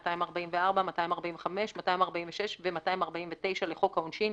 244, 245, 246 ו־249 לחוק העונשין,